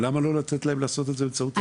למה לא לתת להם לעשות את זה באמצעות ---?